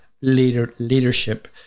leadership